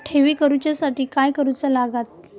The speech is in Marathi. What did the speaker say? ठेवी करूच्या साठी काय करूचा लागता?